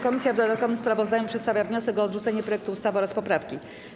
Komisja w dodatkowym sprawozdaniu przedstawia wniosek o odrzucenie projektu ustawy oraz poprawki.